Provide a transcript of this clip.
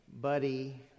Buddy